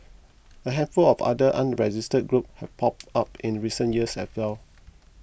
a handful of other unregistered groups have popped up in recent years as well